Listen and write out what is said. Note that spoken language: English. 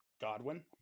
Godwin